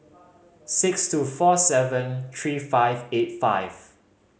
six two four seven three five eight five